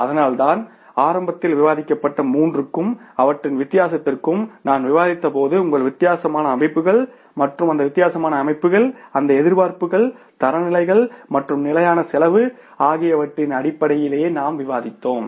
அதனால்தான் ஆரம்பத்தில் விவாதிக்கப்பட்ட மூன்றுக்கும் அவற்றின் வித்தியாசத்திற்கும் நான் விவாதித்தபோது உங்கள் வித்தியாசமான அமைப்புகள் மற்றும் அந்த வித்தியாசமான அமைப்புகள் அந்த எதிர்பார்ப்புகள் தரநிலைகள் மற்றும் நிலையான செலவு ஆகியவற்றின் அடிப்படையில் நாம் விவாதித்தோம்